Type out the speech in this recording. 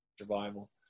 Survival